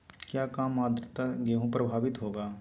क्या काम आद्रता से गेहु प्रभाभीत होगा?